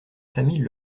famille